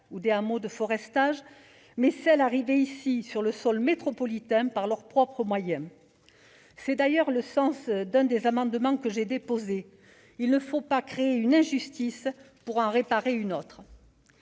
toutes les victimes- je pense à celles qui arrivèrent ici, sur le sol métropolitain, par leurs propres moyens. Tel est d'ailleurs le sens d'un des amendements que j'ai déposés : il ne faut pas créer une injustice pour en réparer une autre.